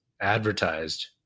advertised